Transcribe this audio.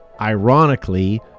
ironically